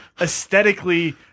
aesthetically